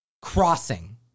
crossing